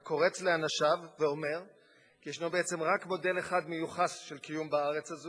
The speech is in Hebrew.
הקורץ לאנשיו ואומר כי יש בעצם רק מודל אחד מיוחס של קיום בארץ הזאת,